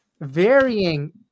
varying